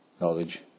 knowledge